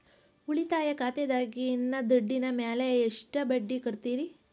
ಉಳಿತಾಯ ಖಾತೆದಾಗಿನ ದುಡ್ಡಿನ ಮ್ಯಾಲೆ ಎಷ್ಟ ಬಡ್ಡಿ ಕೊಡ್ತಿರಿ?